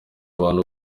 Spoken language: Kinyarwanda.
abantu